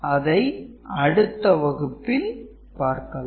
அதை அடுத்த வகுப்பில் பார்க்கலாம்